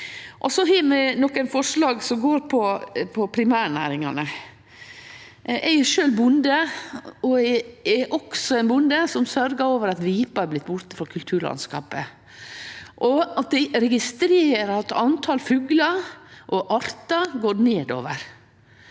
Vi har også nokre forslag som går på primærnæringane. Eg er sjølv bonde, og eg er også ein bonde som sørgjer over at vipa er blitt borte frå kulturlandskapet. Eg registrerer at talet på fuglar og artar går nedover,